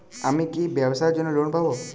আমি কি ব্যবসার জন্য লোন পাব?